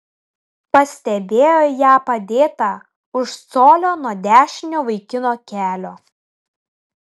pastebėjo ją padėtą už colio nuo dešinio vaikino kelio